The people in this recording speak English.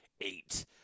Eight